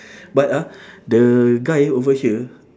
but ah the guy over here